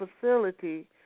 facility